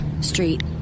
Street